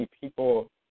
people